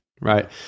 Right